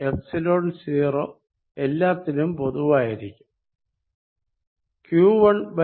14πϵ0 എല്ലാത്തിനും പൊതുവായിരിക്കും q1r122